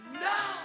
No